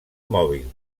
mòbil